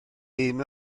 ddim